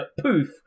poof